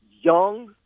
young